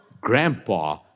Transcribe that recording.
grandpa